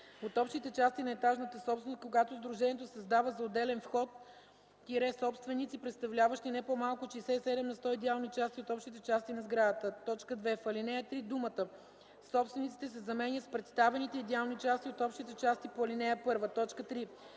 от общите части на етажната собственост, а когато сдружението се създава за отделен вход – собственици, представляващи не по-малко от 67 на сто идеални части от общите части на входа.” 2. В ал. 3 думата „собствениците” се заменя с „представените идеални части от общите части по ал. 1”. 3.